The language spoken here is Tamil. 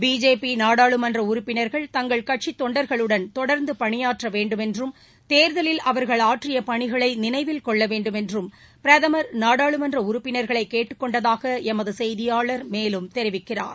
பிஜேபி நாடாளுமன்ற உறுப்பினர்கள் தங்கள் கட்சித் தொண்டர்களுடன் தொடர்ந்து பணியாற்ற வேண்டும் என்றும் தேர்தலில் அவர்கள் ஆற்றிய பணிகளை நினைவில் கொள்ள வேண்டும் என்றும் பிரதமர் நாடாளுமன்ற உறுப்பினர்களை கேட்டுக்கொண்டதாக எமது செய்தியாளர் தெரிவிக்கிறார்